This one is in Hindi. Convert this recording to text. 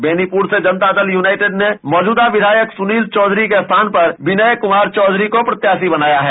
बेनीपुर से जनता दल यूनाइटेड ने मौजूदा विधायक सुनील चौधरी के स्थान विनय कुमार चौधरी को प्रत्याशी बनाया है